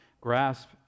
grasp